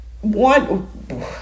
one